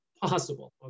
possible